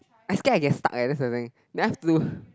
I scared I get stuck eh that's the thing then I have to